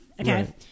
Okay